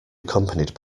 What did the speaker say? accompanied